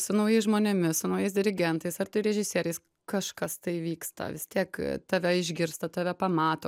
su naujais žmonėmis su naujais dirigentais ar tai režisieriais kažkas tai vyksta vis tiek tave išgirsta tave pamato